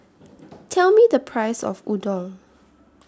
Tell Me The Price of Udon